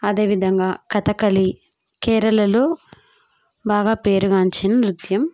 అదేవిధంగా కథకళ కేరళలో బాగా పేరుగాంచిన నృత్యం